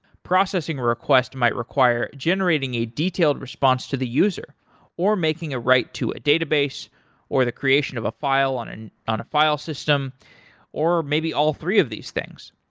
processing a request might require generating a detailed response to the user or making a write to a database or the creation of a file on and on a file system or maybe all three of these things.